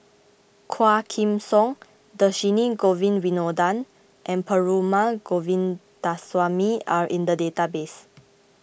Quah Kim Song Dhershini Govin Winodan and Perumal Govindaswamy are in the database